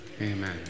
Amen